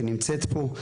שנמצאת פה.